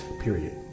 Period